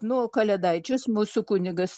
nu o kalėdaičius mūsų kunigas